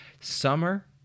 Summer